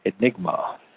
enigma